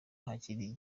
hakiri